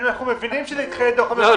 אנחנו מבינים שנדחה את דוח המבקר --- לא,